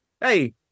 hey